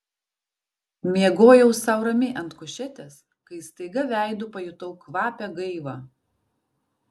miegojau sau ramiai ant kušetės kai staiga veidu pajutau kvapią gaivą